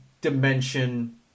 dimension